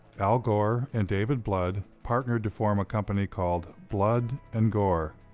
al gore and david blood partnered to form a company called blood and gore.